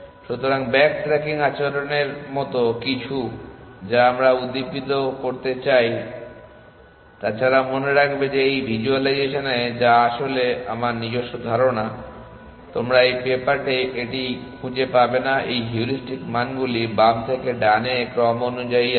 সুতরাং backtracking আচরণের মতো কিছু যা আমরা উদ্দীপিত করতে চাই তা ছাড়া মনে রাখবে যে এই ভিজ্যুয়ালাইজেশনে যা আসলে আমার নিজস্ব ধারণা তোমরা এই পেপারে এটি খুঁজে পাবে না এই হিউরিস্টিক মানগুলি বাম থেকে ডানে ক্রম অনুযায়ী আছে